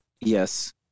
Yes